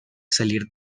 salir